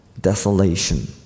desolation